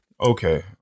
Okay